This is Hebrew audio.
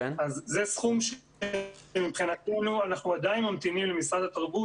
זה סכום שמבחינתנו אנחנו עדיין ממתינים למשרד התרבות